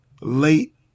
late